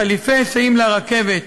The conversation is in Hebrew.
חליפי היסעים לרכבת